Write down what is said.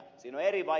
mutta ed